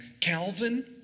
Calvin